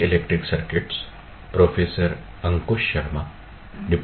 नमस्कार